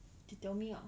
you tell me lah